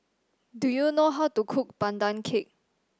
do you know how to cook Pandan Cake